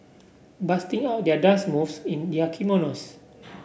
busting out their dance moves in their kimonos